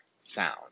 sound